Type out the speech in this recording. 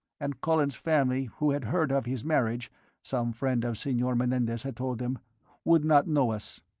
and colin's family who had heard of his marriage some friend of senor menendez had told them would not know us.